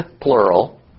plural